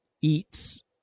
eats